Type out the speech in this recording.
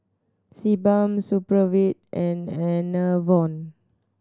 Sebamed Supravit and Enervon